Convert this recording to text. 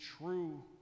true